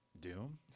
Doom